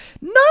no